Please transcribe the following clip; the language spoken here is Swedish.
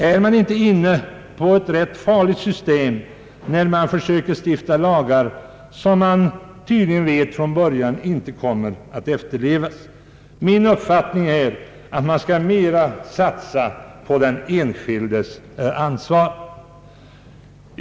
Är man inte inne på ett rätt farligt system när man försöker stifta lagar om vilka man tydligen vet från början att de inte kommer att efterlevas? Min uppfattning är att man nog mera bör satsa på den enskildes ansvar.